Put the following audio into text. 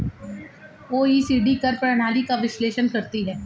OECD कर प्रणाली का विश्लेषण करती हैं